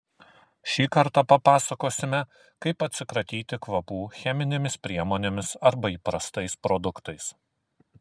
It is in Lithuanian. šį kartą papasakosime kaip atsikratyti kvapų cheminėmis priemonėmis arba įprastais produktais